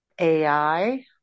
AI